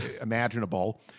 imaginable